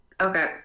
Okay